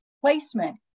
placement